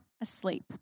asleep